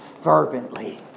fervently